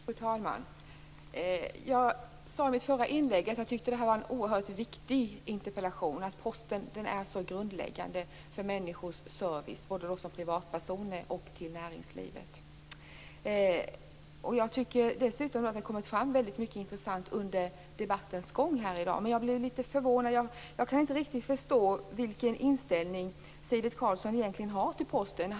Fru talman! Jag sade i mitt förra inlägg att jag tyckte att det här var en oerhört viktig interpellation. Posten är grundläggande för människors service, både till privatpersoner och till näringslivet. Jag tycker dessutom att det har kommit fram väldigt mycket intressant under debattens gång här i dag. Men en sak gjorde mig litet förvånad. Jag kan inte riktigt förstå vilken inställning Sivert Carlsson egentligen har till Posten.